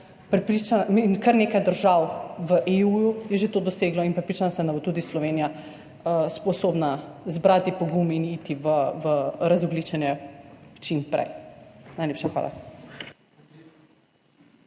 in kar nekaj držav v EU je že to doseglo in prepričana sem, da bo tudi Slovenija sposobna zbrati pogum in iti v razogljičenje čim prej. Najlepša hvala.